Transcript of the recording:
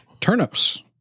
Turnips